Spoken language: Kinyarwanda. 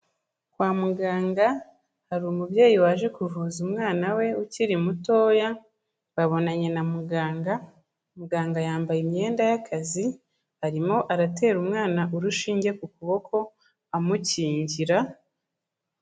Kwa muganga hari umubyeyi waje kuvuza umwana we ukiri mutoya, babonanye na muganga, muganga yambaye imyenda y'akazi, arimo aratera umwana urushinge ku kuboko amukingira.